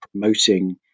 promoting